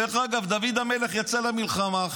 דוד המלך יצא למלחמה,